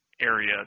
area